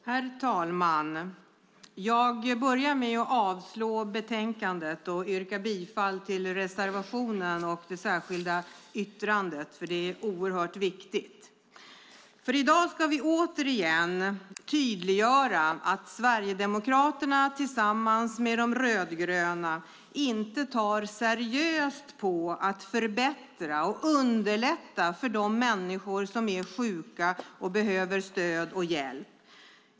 Herr talman! Jag börjar med att yrka avslag på förslaget i betänkandet och bifall till reservationen och det särskilda yttrandet nr 1 därför att det är oerhört viktigt. I dag ska vi återigen tydliggöra att Sverigedemokraterna tillsammans med de rödgröna inte tar seriöst på att förbättra och underlätta för de människor som är sjuka och behöver stöd och hjälp.